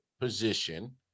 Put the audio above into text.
Position